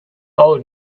old